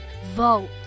vote